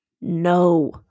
no